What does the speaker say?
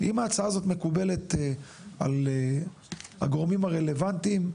אם ההצעה הזאת מקובלת על הגורמים הרלוונטיים,